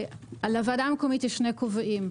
לוועדה המקומית יש שני כובעים,